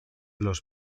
los